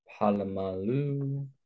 Palamalu